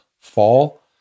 fall